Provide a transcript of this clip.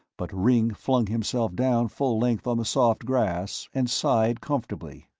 but ringg flung himself down full length on the soft grass and sighed comfortably.